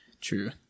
True